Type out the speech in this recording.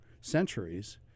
centuries